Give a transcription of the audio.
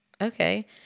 Okay